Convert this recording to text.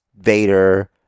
Vader